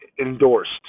endorsed